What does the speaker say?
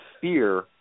fear